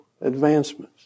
advancements